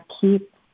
keep